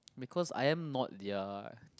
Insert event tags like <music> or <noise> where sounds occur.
because I am not their <noise>